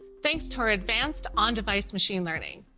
thanks to our advanced, on-device machine learning,